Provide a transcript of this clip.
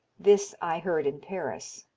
this i heard in paris.